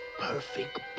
perfect